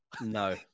No